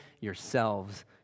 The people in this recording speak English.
yourselves